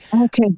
Okay